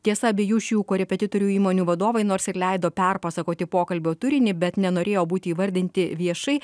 tiesa abiejų šių korepetitorių įmonių vadovai nors ir leido perpasakoti pokalbio turinį bet nenorėjo būti įvardinti viešai